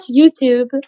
YouTube